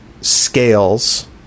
scales